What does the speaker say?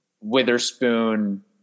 Witherspoon